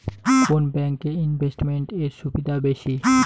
কোন ব্যাংক এ ইনভেস্টমেন্ট এর সুবিধা বেশি?